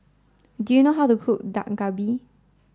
do you know how to cook Dak Galbi